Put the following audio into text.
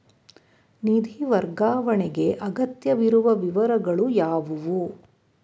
ನಿಧಿ ವರ್ಗಾವಣೆಗೆ ಅಗತ್ಯವಿರುವ ವಿವರಗಳು ಯಾವುವು?